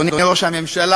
אדוני ראש הממשלה,